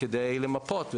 כדי למפות.